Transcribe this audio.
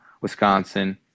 Wisconsin